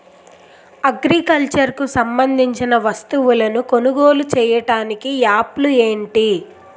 Agriculture కు సంబందించిన వస్తువులను కొనుగోలు చేయటానికి యాప్లు ఏంటి?